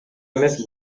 эмес